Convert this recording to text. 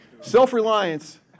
Self-reliance